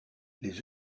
les